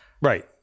Right